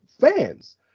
fans